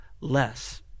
less